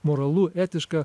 moralu etiška